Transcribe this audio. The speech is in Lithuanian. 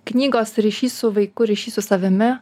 knygos ryšys su vaiku ryšys su savimi